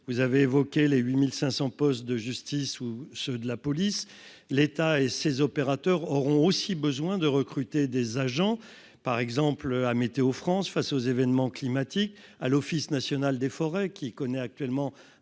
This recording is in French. vous avez évoqué les 8500 postes de justice ou ceux de la police, l'État et ses opérateurs auront aussi besoin de recruter des agents par exemple à météo France, face aux événements climatiques à l'Office national des forêts, qui connaît actuellement